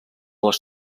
les